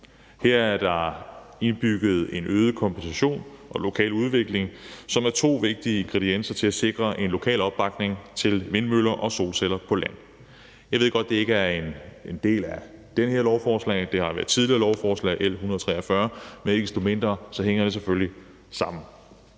Her er der indbygget en øget kompensation og lokal udvikling, som er to vigtige ingredienser til at sikre en lokal opbakning til vindmøller og solceller på land. Jeg ved godt, det ikke er en del af det her lovforslag – det var en del af et tidligere lovforslag, L 143 – men ikke desto mindre hænger det selvfølgelig sammen.